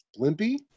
Blimpy